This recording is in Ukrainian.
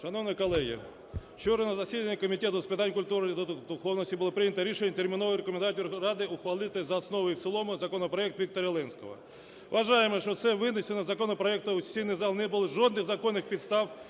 Шановні колеги, вчора на засіданні Комітету з питань культури і духовності було прийнято рішення терміново рекомендувати Верховній Раді ухвалити за основу і в цілому законопроект Віктора Єленського. Вважаємо, що на винесення законопроекту у сесійний зал не було жодних законних підстав